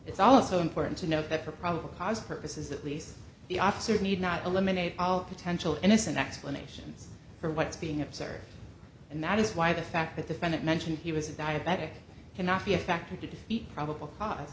it's also important to note that for probable cause purposes at least the officers need not eliminate all potential innocent explanations for what's being observed and that is why the fact that the friend it mentioned he was a diabetic cannot be a factor to defeat probable cause